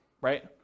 right